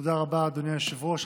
תודה רבה, אדוני היושב-ראש.